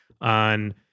on